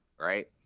right